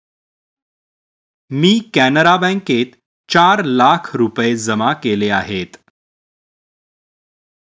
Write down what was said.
मी कॅनरा बँकेत चार लाख रुपये जमा केले आहेत